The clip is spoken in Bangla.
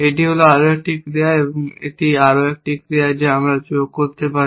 এটি হল আরও একটি ক্রিয়া এবং আরও একটি ক্রিয়া যা আমরা যোগ করতে পারি